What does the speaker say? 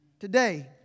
Today